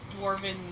dwarven